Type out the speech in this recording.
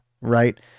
right